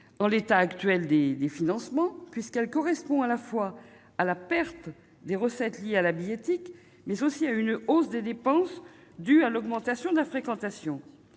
en l'état actuel des financements, puisqu'elle implique à la fois la perte de recettes liées à la billettique, mais aussi une hausse des dépenses dues à l'augmentation de la fréquentation.